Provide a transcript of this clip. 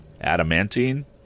adamantine